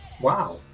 Wow